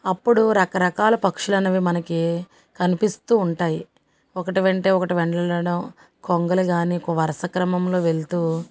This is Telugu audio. అప్పుడు రకరకాల పక్షులు అనేవి మనకి కనిపిస్తూ ఉంటాయి ఒకటి వెంట ఒకటి వెళ్ళడం కొంగలు కానీ వరుసక్రమంలో వెళ్తూ